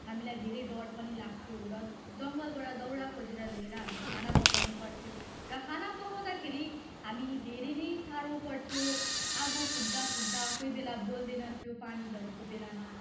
हामीलाई धेरै डर पनि लाग्थ्यो र जङ्गलबाट दाउरा खोजेर ल्याएर हामीले खाना पकाउनु पर्थ्यो र खाना पकाउँदाखेरि हामी धेरै नै साह्रो पर्थ्यो आगो फुक्दा फुक्दा कोही बेला बल्दैन थियो पानी झरीको बेलामा